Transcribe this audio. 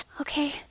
Okay